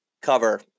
cover